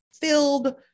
filled